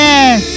Yes